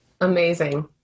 Amazing